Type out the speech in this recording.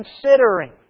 considering